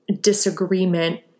disagreement